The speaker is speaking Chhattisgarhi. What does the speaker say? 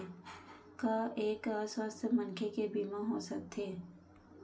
का एक अस्वस्थ मनखे के बीमा हो सकथे?